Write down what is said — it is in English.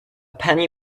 penny